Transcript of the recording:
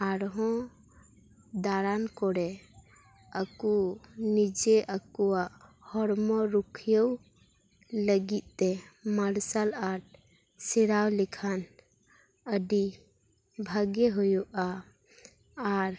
ᱟᱨᱦᱚᱸ ᱫᱟᱬᱟᱱ ᱠᱚᱨᱮ ᱟᱠᱚ ᱱᱤᱡᱮ ᱟᱠᱚᱣᱟᱜ ᱦᱚᱲᱢᱚ ᱨᱩᱠᱷᱟᱹᱭᱟᱹᱣ ᱞᱟᱹᱜᱤᱫ ᱛᱮ ᱢᱟᱲᱥᱟᱞ ᱟᱸᱴ ᱥᱮᱬᱟᱭ ᱞᱮᱠᱷᱟᱱ ᱟᱹᱰᱤ ᱵᱷᱟᱜᱮ ᱦᱩᱭᱩᱜᱼᱟ ᱟᱨ